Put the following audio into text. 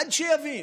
עד שיבין.